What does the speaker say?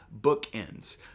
bookends